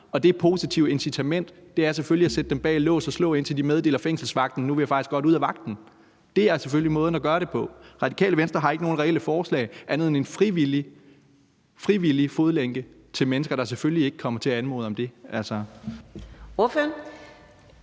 og et positivt incitament er selvfølgelig at sætte dem bag lås og slå, indtil de meddeler fængselsvagten, at de faktisk gerne vil ud af vagten nu. Det er selvfølgelig måden at gøre det på. Radikale Venstre har ikke nogen reelle forslag andet end en frivillig fodlænke til mennesker, der selvfølgelig ikke kommer til at anmode om det.